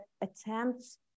attempts